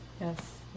Yes